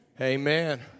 amen